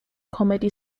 comedy